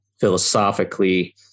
philosophically